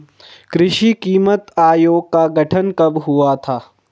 कृषि कीमत आयोग का गठन कब हुआ था?